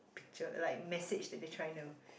picture like message that they trying to